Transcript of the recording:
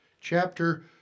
chapter